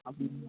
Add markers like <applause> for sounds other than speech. <unintelligible>